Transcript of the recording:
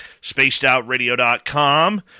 spacedoutradio.com